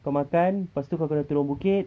kau makan lepas tu kau kena turun bukit